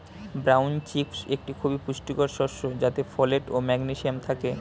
brown chickpea একটি খুবই পুষ্টিকর শস্য যাতে ফোলেট ও ম্যাগনেসিয়াম থাকে